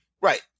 Right